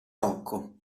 rocco